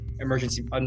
emergency